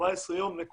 שהיא